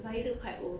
but he looks quite old